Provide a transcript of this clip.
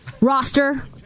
Roster